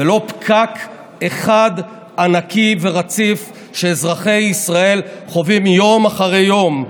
ולא פקק אחד ענקי ורציף שאזרחי ישראל חווים יום אחרי יום.